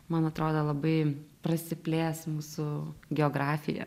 man atrodo labai prasiplės mūsų geografija